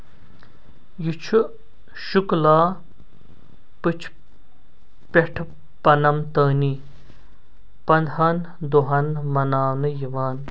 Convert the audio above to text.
یہِ چھُ شُکلا پچھِ پیٛٹھٕ پنم تٲنی پَنداہن دۄہن مناونہٕ یِوان